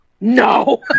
No